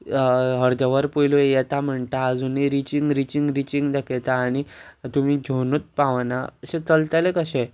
अर्दे वर पयलीं येता म्हणटा आजुनूय रिचींग रिचींग रिचींग दाखयता आनी तुमी घेवनूच पावना अशें चलतलें कशें